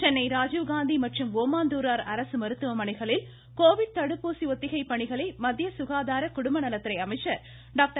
சென்னை ராஜீவ்காந்தி மற்றும் ஓமாந்தூரார் அரசு மருத்துவமனைகளில் கோவிட் தடுப்பூசி ஒத்திகை பணிகளை மத்திய சுகாதார குடும்பநலத்துறை அமைச்சர் டாக்டர்